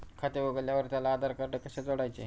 खाते उघडल्यावर त्याला आधारकार्ड कसे जोडायचे?